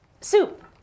Soup